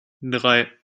drei